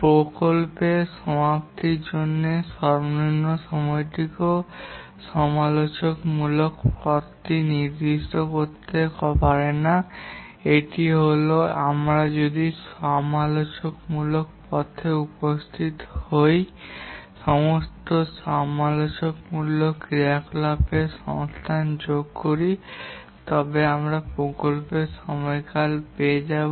প্রকল্পের সমাপ্তির জন্য সর্বনিম্ন সময়টিকেও সমালোচনামূলক পথটি চিহ্নিত করে তা নয় এটি হল আমরা যদি সমালোচনামূলক পথে উপস্থিত সমস্ত সমালোচনামূলক ক্রিয়াকলাপের সংস্থানটি যোগ করি তবে আমরা প্রকল্পের সময়কাল পেয়ে যাব